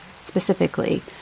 specifically